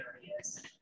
areas